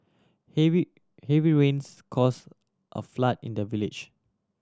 heavy heavy rains cause a flood in the village